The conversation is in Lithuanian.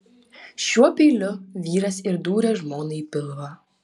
šiuo peiliu vyras ir dūrė žmonai į pilvą